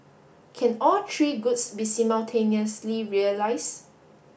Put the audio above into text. can all three goods be simultaneously realise